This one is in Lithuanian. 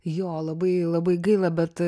jo labai labai gaila bet